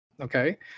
okay